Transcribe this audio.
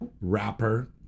rapper